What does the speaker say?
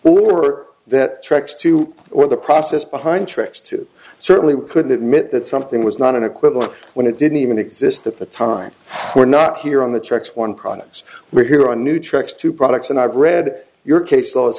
deliver that tracks to where the process behind tracks to certainly couldn't admit that something was not an equivalent when it didn't even exist at the time were not here on the tracks one products were here on new tracks two products and i've read your case